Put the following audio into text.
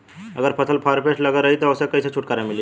अगर फसल में फारेस्ट लगल रही त ओस कइसे छूटकारा मिली?